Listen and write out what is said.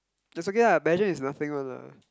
it's okay lah pageant is nothing one lah